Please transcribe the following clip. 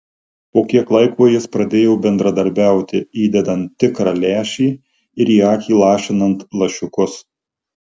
po kiek laiko jis pradėjo bendradarbiauti įdedant tikrą lęšį ir į akį lašinant lašiukus